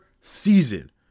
season